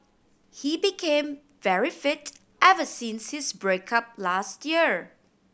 he became very fit ever since his break up last year